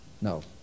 No